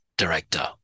director